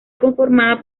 conformada